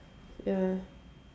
ya